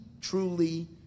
truly